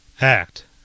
Act